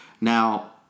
Now